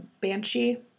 Banshee